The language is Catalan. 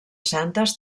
santes